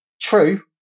true